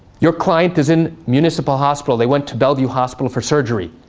your client is in municipal hospital. they went to bellevue hospital for surgery.